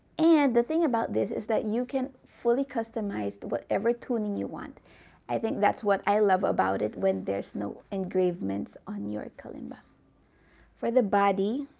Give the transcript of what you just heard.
and the thing about this is that you can fully customize whatever tuning you want i think that's what i love about it when there's no engravements on your kalimba for the body